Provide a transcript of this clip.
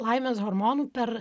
laimės hormonų per